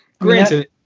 Granted